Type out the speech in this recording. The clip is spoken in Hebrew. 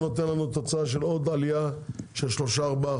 נקבל תוצאה של עוד עלייה במחירים של בין 3%-4%,